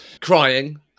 crying